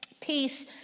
Peace